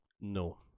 No